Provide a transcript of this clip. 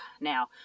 now